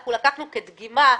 אנחנו לקחנו כדגימה,